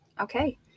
Okay